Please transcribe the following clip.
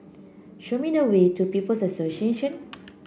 show me the way to People's Association